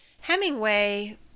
Hemingway